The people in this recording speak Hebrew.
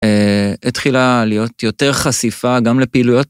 התחילה להיות יותר חשיפה גם לפעילויות.